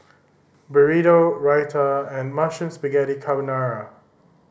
Burrito Raita and Mushroom Spaghetti Carbonara